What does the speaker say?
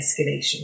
escalation